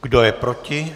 Kdo je proti?